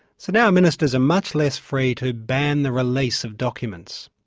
so now ministers are much less free to ban the release of documents.